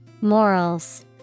Morals